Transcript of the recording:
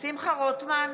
שמחה רוטמן,